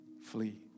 flee